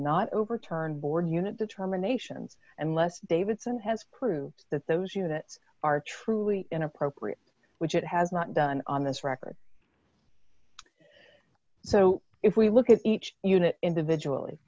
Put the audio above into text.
not overturn board unit determinations and less davidson has proved that those units are truly inappropriate which it has not done on this record so if we look at each unit individually